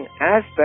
aspects